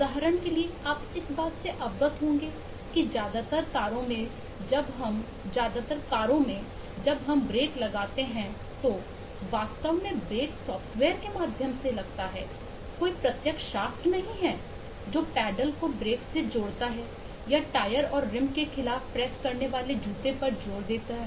उदाहरण के लिए आप इस बात से अवगत होंगे कि ज्यादातर तारों में जब हम ब्रेक लगाते हैं तो वास्तव में ब्रेक सॉफ्टवेयर के माध्यम से होता है कोई प्रत्यक्ष शाफ्ट नहीं है जो पैडल को ब्रेक से जोड़ता है या टायर और रिम के खिलाफ प्रेस करने वाले जूते पर जोर दे रहे हैं